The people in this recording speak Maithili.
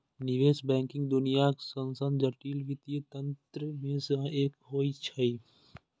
निवेश बैंकिंग दुनियाक सबसं जटिल वित्तीय तंत्र मे सं एक होइ छै